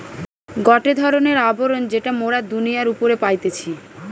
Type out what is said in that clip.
গটে ধরণের আবরণ যেটা মোরা দুনিয়ার উপরে পাইতেছি